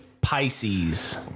Pisces